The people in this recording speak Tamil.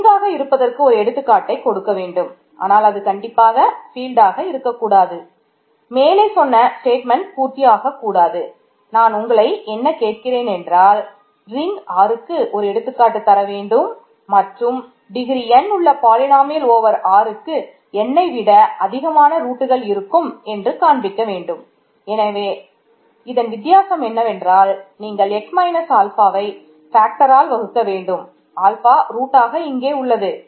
ரிங்காக இங்கே உள்ளது